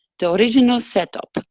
the original setup,